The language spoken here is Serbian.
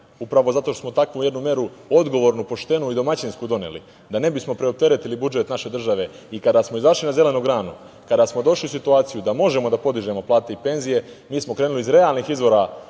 upravo zato što smo takvu jednu meru odgovornu, poštenu i domaćinsku doneli da ne bismo preopteretili budžet naše države i kada smo izašli na zelenu granu, kada smo došli u situaciju da možemo da podižemo plate i penzije mi smo krenuli iz realnih izvora